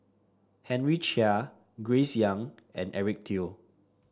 Henry Chia Grace Young and Eric Teo